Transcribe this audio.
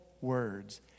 words